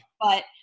But-